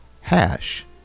hash